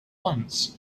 once